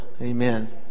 Amen